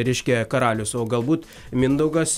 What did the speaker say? reiškia karalius o galbūt mindaugas